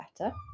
better